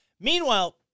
Meanwhile